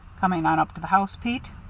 coming on up to the house, pete?